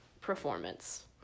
performance